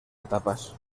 etapas